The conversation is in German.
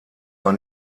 war